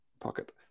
pocket